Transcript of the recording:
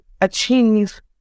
achieve